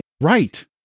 Right